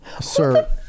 sir